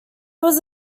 was